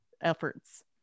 efforts